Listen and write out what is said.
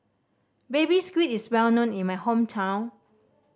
Baby Squid is well known in my hometown